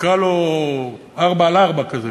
נקרא לו ארבע-על-ארבע כזה,